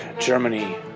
Germany